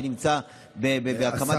ששם יש הקמת יחידות נוספות.